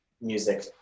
music